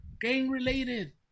Gang-related